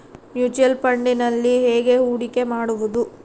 Mutual ಫುಣ್ಡ್ನಲ್ಲಿ ಹೇಗೆ ಹೂಡಿಕೆ ಮಾಡುವುದು?